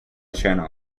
channel